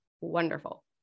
wonderful